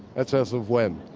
that's as of when?